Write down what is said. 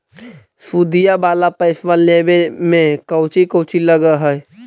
सुदिया वाला पैसबा लेबे में कोची कोची लगहय?